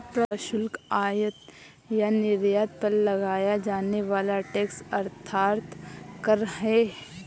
प्रशुल्क, आयात या निर्यात पर लगाया जाने वाला टैक्स अर्थात कर है